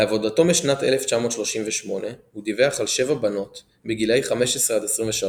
בעבודתו משנת 1938 הוא דיווח על 7 בנות בגילאי 15–23